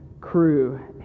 crew